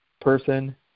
person